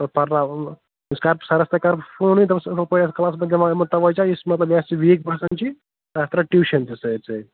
پرناو اَمہٕ أمِس کَر بہٕ سَرس ے کَرٕ بہٕ فونٕے دَپس ہُپٲرۍ آس کلاسَس منٛز دِوان یِمن تَوَجہ یَس مطلب میتھس ژےٚ ویٖک باسان چھُے تتھ رَٹ ٹیٛوٗشَن تہِ سۭتۍ سۭتۍ